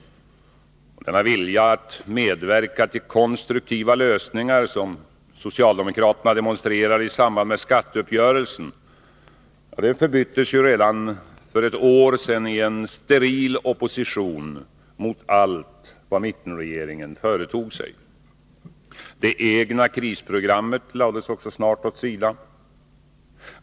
Den vilja att medverka till konstruktiva lösningar som socialdemokraterna demonstrerade i samband med skatteuppgörelsen förbyttes redan för ett år sedan i en steril opposition mot allt vad mittenregeringen företog sig. Det egna krisprogrammet lades också snart åt sidan.